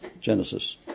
Genesis